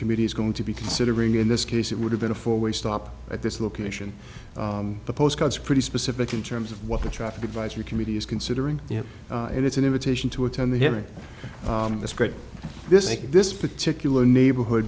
committee is going to be considering in this case it would have been a four way stop at this location the postcards pretty specific in terms of what the traffic advisory committee is considering you know it's an invitation to attend the hearing of this great this in this particular neighborhood